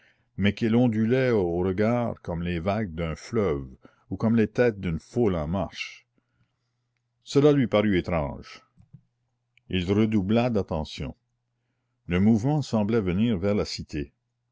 mais qu'elle ondulait au regard comme les vagues d'un fleuve ou comme les têtes d'une foule en marche cela lui parut étrange il redoubla d'attention le mouvement semblait venir vers la cité